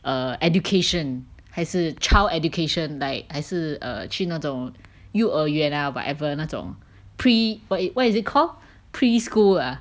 err education 还是 child education like 还是 err 去那种幼儿园 ah whatever 那种 pre what it what is it called preschool ah